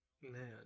Man